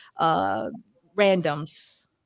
randoms